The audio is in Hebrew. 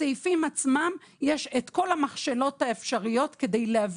בסעיפים עצמם יש כל המכשלות האפשרות כדי להביא